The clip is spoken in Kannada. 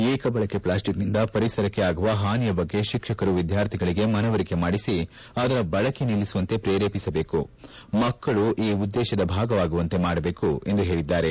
ಏಕ ಬಳಕೆ ಪ್ಲಾಸ್ಟಿಕ್ನಿಂದ ಪರಿಸರಕ್ಕೆ ಆಗುವ ಅನಾಹುತಗಳ ಬಗ್ಗೆ ಶಿಕ್ಷಕರು ವಿದ್ಕಾರ್ಥಿಗಳಿಗೆ ಮನವರಿಕೆ ಮಾಡಿಸಿ ಅದರ ಬಳಕೆ ನಿಲ್ಲಿಸುವಂತೆ ಕ್ರೇರೇಪಿಸಬೇಕು ಮಕ್ಕಳೂ ಈ ಉದ್ದೇಶದ ಭಾಗವಾಗುವಂತೆ ಮಾಡಬೇಕು ಎಂದು ಹೇಳಿದ್ದಾರೆ